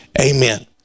amen